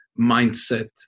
mindset